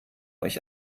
euch